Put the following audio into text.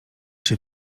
czy